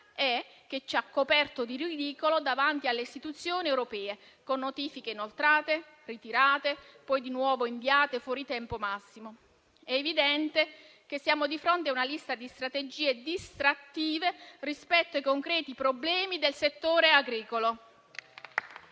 e che ci ha coperto di ridicolo davanti alle istituzioni europee, con notifiche inoltrate, ritirate e poi di nuovo inviate fuori tempo massimo. È evidente che siamo di fronte a una lista di strategie distrattive rispetto ai concreti problemi del settore agricolo.